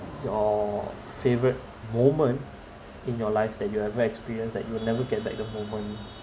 your favourite moment in your life that you haven't experienced that you will never get back the moment